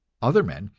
other men,